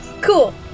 Cool